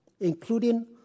including